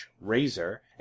razor